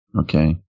okay